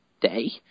day